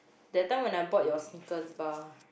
that time when I bought your Snickers bar